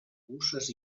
puces